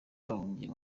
bahungiye